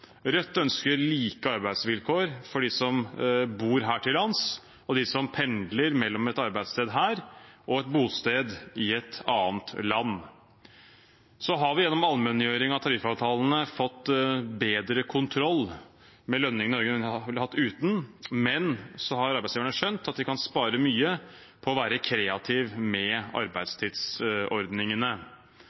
Rødt ønsker like arbeidsvilkår for dem som bor her til lands, og dem som pendler mellom et arbeidssted her og et bosted i et annet land. Så har vi gjennom allmenngjøring av tariffavtalene fått bedre kontroll med lønningene i Norge enn om vi hadde vært uten, men så har arbeidsgiverne skjønt at de kan spare mye på å være kreative med arbeidstidsordningene.